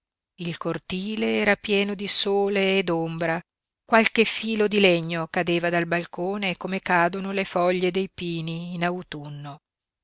il cortile era pieno di sole e d'ombra qualche filo di legno cadeva dal balcone come cadono le foglie dei pini in autunno